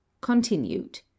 Continued